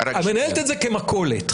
מנהלת את זה כמכולת.